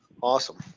awesome